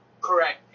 Correct